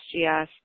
SGS